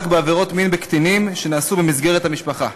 בעבירות מין בקטינים שנעשו במסגרת המשפחה.